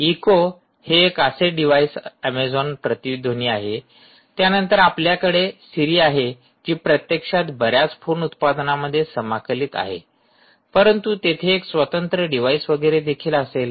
eco हे एक असे डिव्हाइस अॅमेझॉन प्रतिध्वनी आहे त्यानंतर आपल्याकडे सिरी आहे जी प्रत्यक्षात बऱ्याच फोन उत्पादनांमध्ये समाकलित आहे परंतु तेथे एक स्वतंत्र डिव्हाइस वगैरे देखील असेल